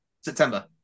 September